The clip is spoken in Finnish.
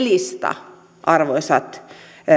lista arvoisat